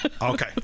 Okay